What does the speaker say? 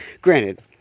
Granted